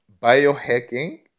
biohacking